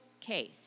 case